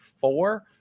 four